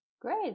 Great